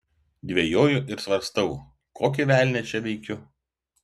dvejoju ir svarstau kokį velnią čia veikiu